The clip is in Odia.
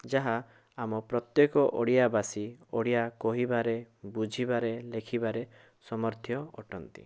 ଯାହା ଆମ ପ୍ରତ୍ୟେକ ଓଡ଼ିଆବାସୀ ଓଡ଼ିଆ କହିବାରେ ବୁଝିବାରେ ଲେଖିବାରେ ସମର୍ଥ ଅଟନ୍ତି